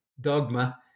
dogma